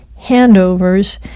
handovers